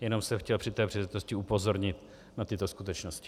Jenom jsem chtěl při té příležitosti upozornit na tyto skutečnosti.